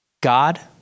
God